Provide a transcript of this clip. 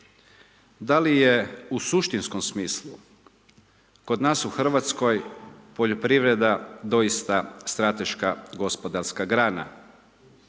da li je u suštinskom smislu kod nas u Hrvatskoj poljoprivreda doista strateška gospodarska grana?